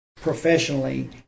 professionally